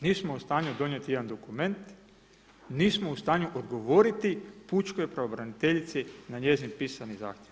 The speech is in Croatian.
Nismo u stanju donijeti jedan dokument, nismo u stanju odgovoriti Pučkoj pravobraniteljici na njezin pisani zahtjev.